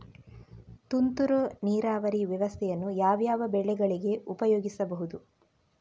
ತುಂತುರು ನೀರಾವರಿ ವ್ಯವಸ್ಥೆಯನ್ನು ಯಾವ್ಯಾವ ಬೆಳೆಗಳಿಗೆ ಉಪಯೋಗಿಸಬಹುದು?